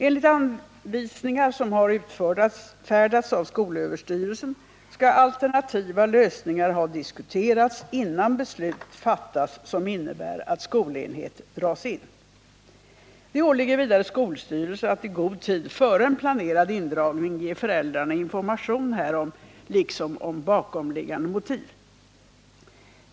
Enligt anvisningar som har utfärdats av skolöverstyrelsen skall alternativa lösningar ha diskuterats innan beslut fattas som innebär att skolenhet dras in. Det åligger vidare skolstyrelse att i god tid före en planerad indragning ge föräldrarna information härom liksom om bakomliggande motiv.